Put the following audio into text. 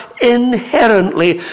inherently